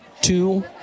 two